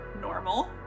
normal